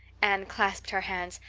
anne clasped her hands.